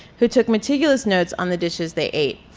who took meticulous notes on the dishes they ate.